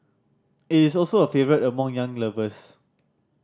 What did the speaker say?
it is also a favourite among young lovers